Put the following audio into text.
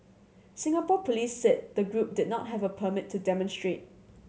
Singapore police said the group did not have a permit to demonstrate